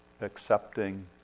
accepting